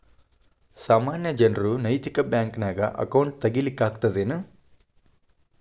ಸಾಮಾನ್ಯ ಜನರು ನೈತಿಕ ಬ್ಯಾಂಕ್ನ್ಯಾಗ್ ಅಕೌಂಟ್ ತಗೇ ಲಿಕ್ಕಗ್ತದೇನು?